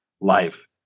life